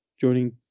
Joining